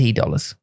dollars